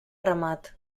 ramat